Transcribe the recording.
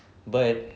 but